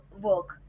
work